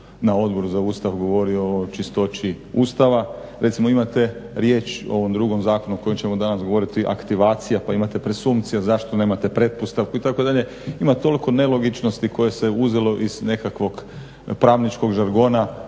na Odboru za Ustav govorio o čistoći Ustava. Recimo imate riječ u ovom drugom zakonu o kojem ćemo danas govoriti aktivacija pa imate presumpcija, zašto nemate pretpostavku itd. Ima toliko nelogičnosti koje se uzelo iz nekakvog pravničkog žargona